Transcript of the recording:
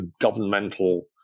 governmental